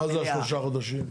ומה זה שלושה חודשים?